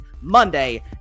Monday